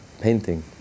painting